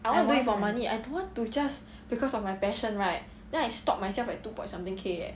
I want to do it for money I don't want to just because of my passion right then I stop myself at two point something K eh